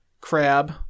crab